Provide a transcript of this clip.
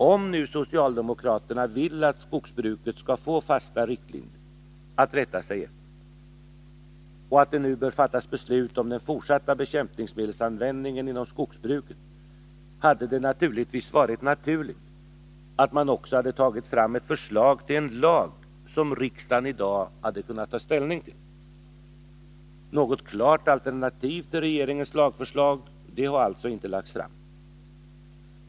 Om nu socialdemokraterna vill att skogsbruket skall få fasta riktlinjer att rätta sig efter och att det nu bör fattas beslut om den fortsatta bekämpningsmedelsanvändningen inom skogsbruket, hade det varit naturligt att också ta fram ett förslag till en lag som riksdagen i dag hade kunnat ta ställning till. Något klart alternativ till regeringens lagförslag har alltså inte lagts fram.